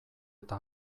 eta